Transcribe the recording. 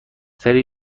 تری